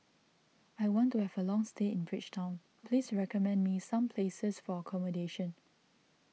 I want to have a long stay in Bridgetown please recommend me some places for accommodation